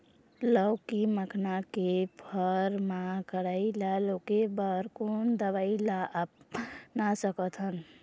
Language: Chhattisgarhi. लाउकी मखना के फर मा कढ़ाई ला रोके बर कोन दवई ला अपना सकथन?